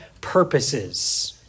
purposes